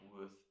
worth